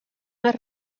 més